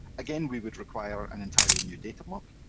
again, we would require an entirely new datablock,